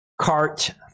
cart